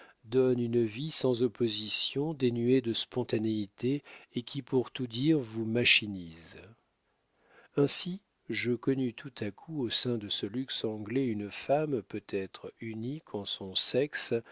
donne une vie sans opposition dénuée de spontanéité et qui pour tout dire vous machinise ainsi je connus tout à coup au sein de ce luxe anglais une femme peut-être unique en son sexe